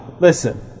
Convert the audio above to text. Listen